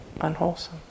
unwholesome